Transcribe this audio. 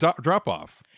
drop-off